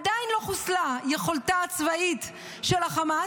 עדיין לא חוסלה יכולתו הצבאית של חמאס,